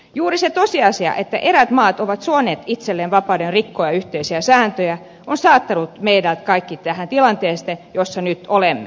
juuri se tosiasia että eräät maat ovat suoneet itselleen vapauden rikkoa yhteisiä sääntöjä on saattanut meidät kaikki tähän tilanteeseen jossa nyt olemme